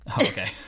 Okay